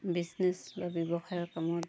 business বা ব্যৱসায়ৰ কামত